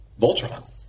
Voltron